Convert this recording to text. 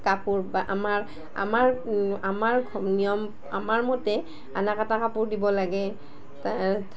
কাপোৰ বা আমাৰ আমাৰ আমাৰ নিয়ম আমাৰ মতে আনা কাটা কাপোৰ দিব লাগে